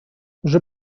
уже